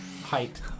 height